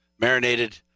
Marinated